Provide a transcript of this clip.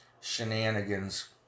shenanigans